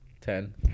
ten